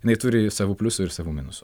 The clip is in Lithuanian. jinai turi savų pliusų ir savų minusų